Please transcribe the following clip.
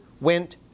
went